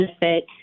benefit